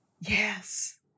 Yes